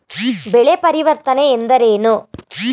ಬೆಳೆ ಪರಿವರ್ತನೆ ಎಂದರೇನು?